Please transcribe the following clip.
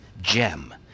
gem